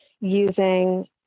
using